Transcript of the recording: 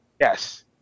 Yes